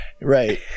Right